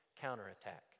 counterattack